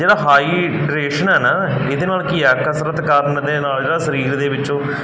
ਜਿਹੜਾ ਹਾਈਡਰੇਸ਼ਨ ਹੈ ਨਾ ਇਹਦੇ ਨਾਲ ਕੀ ਆ ਕਸਰਤ ਕਰਨ ਦੇ ਨਾਲ ਜਿਹੜਾ ਸਰੀਰ ਦੇ ਵਿੱਚੋਂ